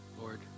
Lord